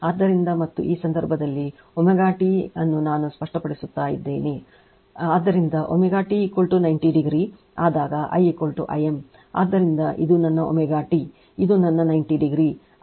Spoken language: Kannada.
ಆದ್ದರಿಂದ ಮತ್ತು ಈ ಸಂದರ್ಭದಲ್ಲಿ ω t ನಾನು ಸ್ಪಷ್ಟೀಕರಿಸುತ್ತಾ ಇದ್ದೇನೆ